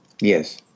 Yes